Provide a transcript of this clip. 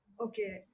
Okay